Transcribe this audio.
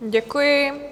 Děkuji.